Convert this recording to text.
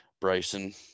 Bryson